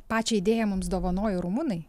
pačią idėją mums dovanojo rumunai